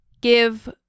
give